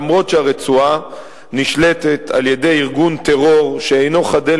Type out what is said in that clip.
אף שהרצועה נשלטת על-ידי ארגון טרור שאינו חדל